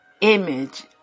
image